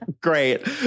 great